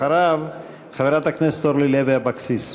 אחריו, חברת הכנסת אורלי לוי אבקסיס.